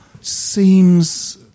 seems